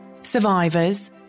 survivors